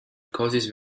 causes